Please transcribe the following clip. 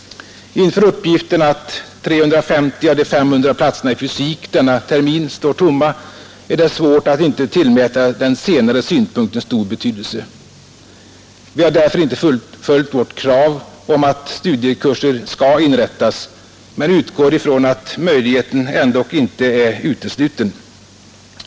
Inför uppgiften att 350 av de 500 platserna i fysik denna termin står tomma är det svårt att inte tillmäta den senare synpunkten stor betydelse. Vi har därför inte fullföljt vårt krav om att studiekurser skall inrättas, men vi utgår ifrån att möjligheten ändock inte är utesluten.